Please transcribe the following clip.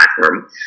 platform